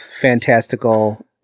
fantastical